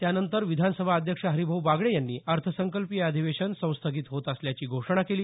त्यानंतर विधानसभा अध्यक्ष हरिभाऊ बागडे यांनी अर्थसंकल्पीय अधिवेशन संस्थगित होत असल्याची घोषणा केली